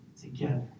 together